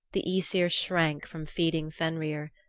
the aesir shrank from feeding fenrir.